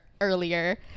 earlier